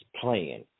playing